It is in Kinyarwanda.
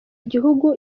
igihugu